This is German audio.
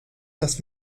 das